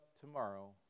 tomorrow